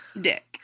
dick